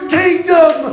kingdom